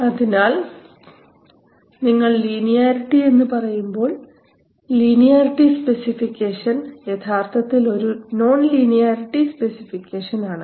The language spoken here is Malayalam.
അതിനാൽ നിങ്ങൾ ലീനിയാരിറ്റി എന്ന് പറയുമ്പോൾ ലീനിയാരിറ്റി സ്പെസിഫിക്കേഷൻ യഥാർത്ഥത്തിൽ ഒരു നോൺ ലീനിയാരിറ്റി സ്പെസിഫിക്കേഷൻ ആണ്